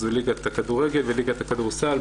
ליגת הכדורגל וליגת הכדורסל,